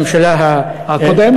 בממשלה הקודמת,